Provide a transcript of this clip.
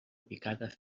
picada